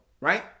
right